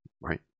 Right